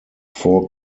four